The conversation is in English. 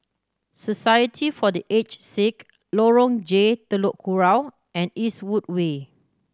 Society for The Aged Sick Lorong J Telok Kurau and Eastwood Way